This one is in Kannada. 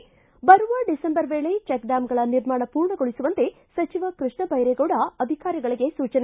ು ಬರುವ ಡಿಸೆಂಬರ್ ವೇಳೆ ಚೆಕ್ ಡ್ಯಾಂಗಳ ನಿರ್ಮಾಣ ಪೂರ್ಣಗೊಳಿಸುವಂತೆ ಸಚಿವ ಕೃಷ್ಣ ದೈರೇಗೌಡ ಅಧಿಕಾರಿಗಳಿಗೆ ಸೂಚನೆ